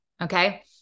okay